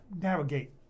navigate